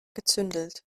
gezündelt